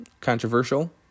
Controversial